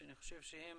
שאני חושב שהן